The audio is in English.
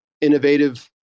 innovative